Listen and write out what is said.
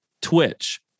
Twitch